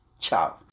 Ciao